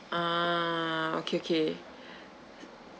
ah okay okay